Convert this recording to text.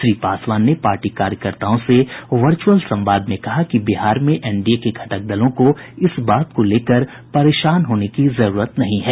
श्री पासवान ने पार्टी कार्यकर्ताओं से वर्चुअल संवाद में कहा कि बिहार में एनडीए के घटक दलों को इस बात को लेकर परेशान होने की जरूरत नहीं है